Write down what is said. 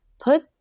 put